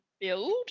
build